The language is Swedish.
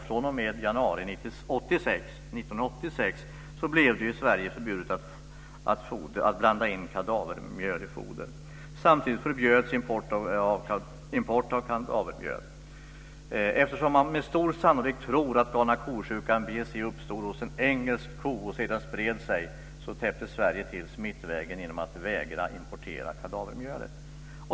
fr.o.m. januari 1986 blev det i Sverige förbjudet att blanda in kadavermjöl i foder. Samtidigt förbjöds import av kadavermjöl. Man tror att galna ko-sjukan, BSE, med stor sannolikhet uppstod hos en engelsk ko och sedan spred sig. Därför täppte Sverige till smittvägen genom att vägra importera kadavermjölet.